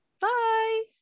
Bye